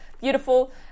beautiful